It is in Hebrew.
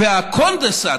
וצינור הקונדנסט,